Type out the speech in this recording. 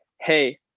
hey